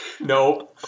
no